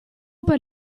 per